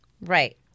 Right